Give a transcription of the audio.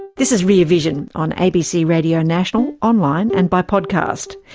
this is rear vision on abc radio national, online and by podcast.